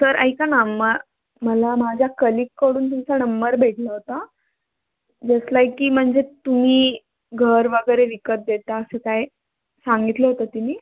sir ऐका ना मग मला माझ्या कलिककडून तुमचा णंबर भेटला होता जस लायक की म्हणजे तुम्ही घर वगैरे विकत देता असं काय सांगितलं होतं तिने